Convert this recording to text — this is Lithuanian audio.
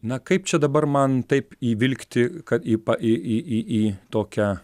na kaip čia dabar man taip įvilkti į į į į į tokią